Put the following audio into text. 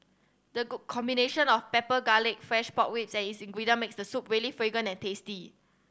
the good combination of pepper garlic fresh pork ribs as ingredient makes the soup really fragrant and tasty